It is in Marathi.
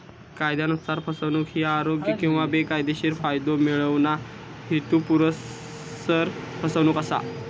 कायदयानुसार, फसवणूक ही अयोग्य किंवा बेकायदेशीर फायदो मिळवणा, हेतुपुरस्सर फसवणूक असा